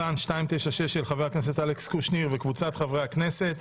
של חבר הכנסת אלכס קושניר וקבוצת חברי הכנסת.